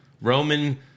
Roman